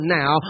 now